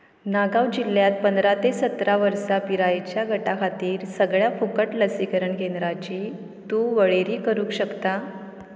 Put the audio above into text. नागांव जिल्ल्यांत पंदरा ते सतरा वर्सां पिरायेच्या गटा खातीर सगळ्या फुकट लसीकरण केंद्राची तूं वळेरी करूक शकता